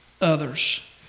others